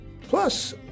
Plus